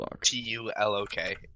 T-U-L-O-K